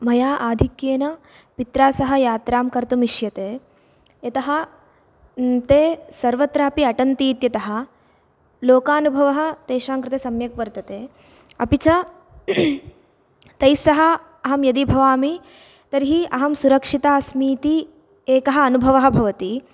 मया आधिक्येन पित्रा सह यात्रां कर्तुं इष्यते यतः ते सर्वत्रापि अटन्ति इत्यतः लोकानुभवः तेषां कृते सम्यक् वर्तते अपि च तैः सह अहम् यदि भवामि तर्हि अहं सुरक्षिता अस्मि इति एकः अनुभवः भवति